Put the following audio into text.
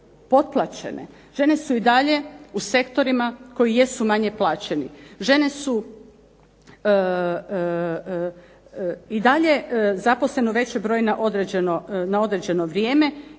potplaćene, žene su i dalje u sektorima koji jesu manje plaćeni, žene su i dalje zaposlene u većem broju zaposlene na određeno vrijeme